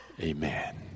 Amen